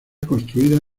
construida